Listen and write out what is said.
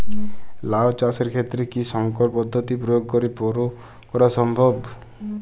লাও চাষের ক্ষেত্রে কি সংকর পদ্ধতি প্রয়োগ করে বরো করা সম্ভব?